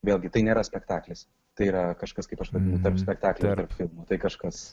vėlgi tai nėra spektaklis tai yra kažkas kaip aš vadinu tarp spektaklio ir tarp filmo tai kažkas